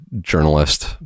journalist